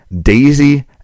Daisy